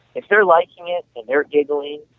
if they're liking it then they are giggling